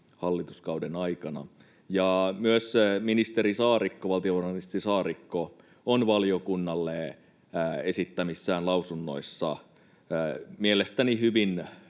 hallituskauden aikana. Myös valtiovarainministeri Saarikko on valiokunnalle esittämissään lausunnoissaan mielestäni hyvin